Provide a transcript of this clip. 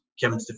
Kevin